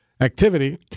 activity